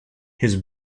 his